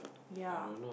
ya